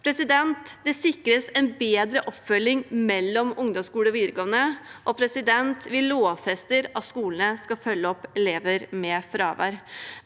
skole. Det sikres en bedre oppfølging mellom ungdomsskole og videregående, og vi lovfester at skolene skal følge opp elever med fravær.